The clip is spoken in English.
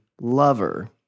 lover